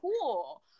cool